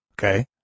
Okay